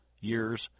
years